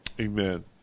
amen